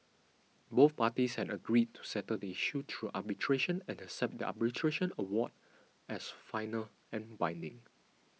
both parties had agreed to settle the issue through arbitration and accept the arbitration award as final and binding